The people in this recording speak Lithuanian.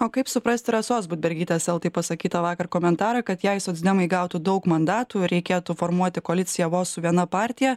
o kaip suprasti rasos budbergytės eltai pasakyta vakar komentarą kad jei socdemai gautų daug mandatų reikėtų formuoti koaliciją vos su viena partija